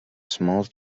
small